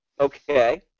Okay